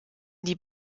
die